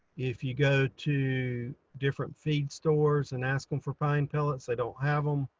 if you go to different feed stores and ask them for pine pellets, they don't have them.